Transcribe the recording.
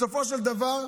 בסופו של דבר,